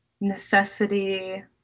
necessity